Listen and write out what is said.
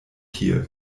hier